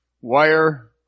wire